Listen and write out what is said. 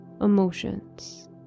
emotions